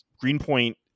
Greenpoint